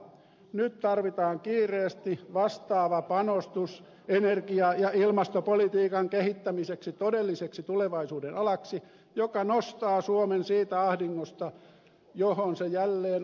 nyt tarvitaan kiireesti vastaava panostus energia ja ilmastopolitiikan kehittämiseksi todelliseksi tulevaisuuden alaksi joka nostaa suomen siitä ahdingosta johon se jälleen on ajautunut